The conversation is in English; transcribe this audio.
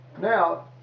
now